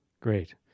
Great